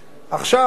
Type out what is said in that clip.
עכשיו,